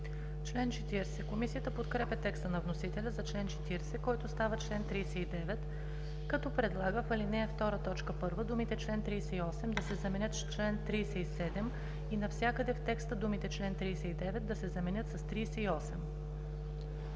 АНГЕЛОВА: Комисията подкрепя текста на вносителя за чл. 40, който става чл. 39, като предлага в ал. 2, т. 1 думите „чл. 38“ да се заменят с „чл. 37“, и навсякъде в текста думите „чл. 39“ да се заменят с „38“.